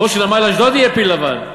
כמו שנמל אשדוד יהיה פיל לבן.